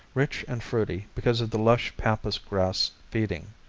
rich and fruity because of the lush pampas-grass feeding.